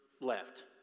left